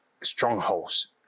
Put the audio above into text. strongholds